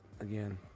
again